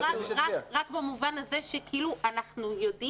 זה רק במובן הזה שכאילו אנחנו יודעים.